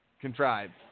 Contrived